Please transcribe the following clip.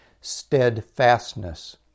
steadfastness